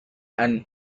and